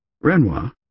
Renoir